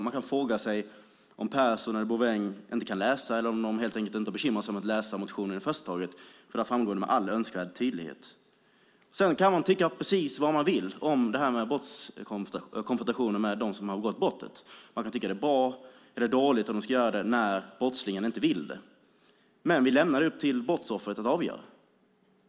Man kan fråga sig om Pehrson och Bouveng inte kan läsa eller om de helt enkelt inte bekymrar sig om att läsa motionen över huvud taget, för där framgår detta med all önskvärd tydlighet. Sedan kan man tycka precis vad man vill om konfrontationer med dem som har begått brottet. Man kan tycka att det är bra eller dåligt att man ska göra det när brottslingen inte vill det, men vi lämnar det till brottsoffret att avgöra.